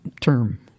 term